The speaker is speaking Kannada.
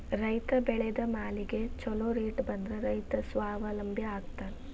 ರೈತ ಬೆಳೆದ ಮಾಲಿಗೆ ಛೊಲೊ ರೇಟ್ ಬಂದ್ರ ರೈತ ಸ್ವಾವಲಂಬಿ ಆಗ್ತಾನ